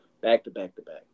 Back-to-back-to-back